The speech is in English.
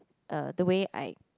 uh the way I